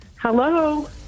Hello